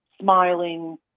smiling